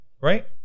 right